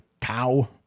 cow